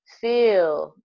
Feel